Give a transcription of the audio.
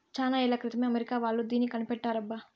చానా ఏళ్ల క్రితమే అమెరికా వాళ్ళు దీన్ని కనిపెట్టారబ్బా